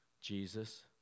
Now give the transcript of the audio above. Jesus